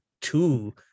two